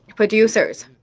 producers.